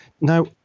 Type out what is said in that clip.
Now